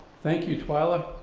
thank you twyla,